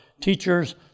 teachers